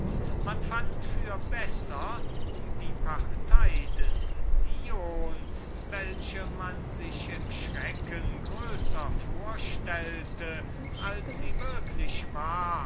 man fand für besser die partei des dion welche man sich aus panischem schrecken größer vorstellte als sie würklich war